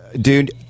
Dude